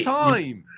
time